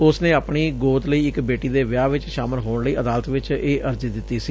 ਉਸ ਨੇ ਆਪਣੀ ਗੋਦ ਲਈ ਇਕ ਬੇਟੀ ਦੇ ਵਿਆਹ ਵਿਚ ਸ਼ਾਮਲ ਹੋਣ ਲਈ ਅਦਾਲਤ ਵਿਚ ਇਹ ਅਰਜ਼ੀ ਦਿਤੀ ਸੀ